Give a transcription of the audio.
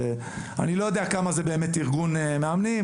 אני לא יודע כמה זה באמת ארגון מאמנים.